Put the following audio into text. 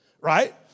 right